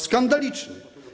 Skandaliczny.